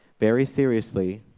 very seriously,